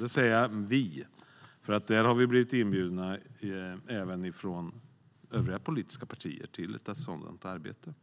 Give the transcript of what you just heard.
Jag säger "vi", för vi har blivit inbjudna även från övriga politiska partier till ett sådant arbete.